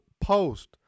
post